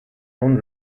own